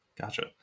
Gotcha